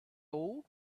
old